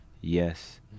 Yes